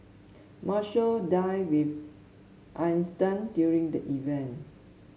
Marshall dined with Einstein during the event